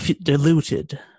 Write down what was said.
diluted